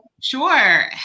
Sure